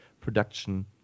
production